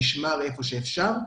נשמר היכן שאפשר .